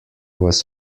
was